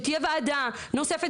שתהייה וועדה נוספת,